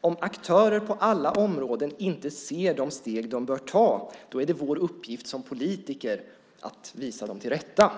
Om aktörer på alla områden inte ser de steg de bör ta är det vår uppgift som politiker att visa dem till rätta.